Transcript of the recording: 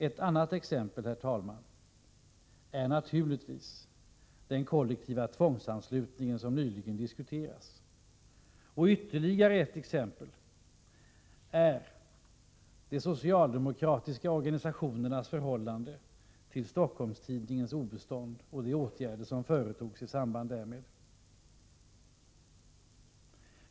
Ett annat exempel är den tvångsanslutning som nyligen diskuterades här. Ytterligare ett exempel är de socialdemokratiska organisationernas förhållande till Stockholms-Tidningens obestånd och de åtgärder som företogs i samband därmed.